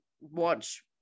watch